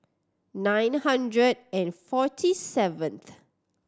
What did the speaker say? nine hundred and forty seventh